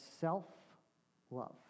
self-love